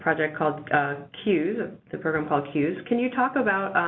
project, called cues the program called cues. can you talk about,